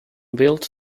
built